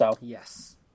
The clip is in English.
Yes